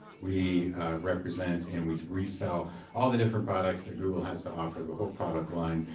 we represent and we resell all the different products that google has to offer, the whole product line.